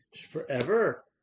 Forever